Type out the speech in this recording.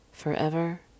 forever